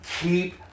Keep